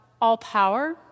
all-power